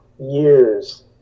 years